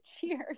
Cheers